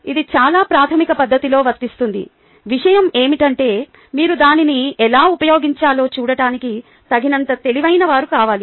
ఇది చాలా ప్రాథమిక పద్ధతిలో వర్తిస్తుంది విషయం ఏమిటంటే మీరు దానిని ఎలా ఉపయోగించాలో చూడటానికి తగినంత తెలివైనవారు కావాలి